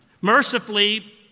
Mercifully